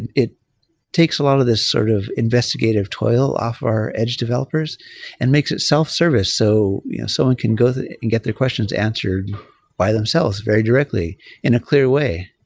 and it takes a lot of this sort of investigative toil off our edge developers and makes it self service so someone can go and get their questions answered by themselves very directly in a clear way.